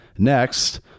Next